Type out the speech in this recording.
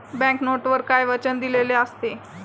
Bank नोटवर काय वचन दिलेले असते?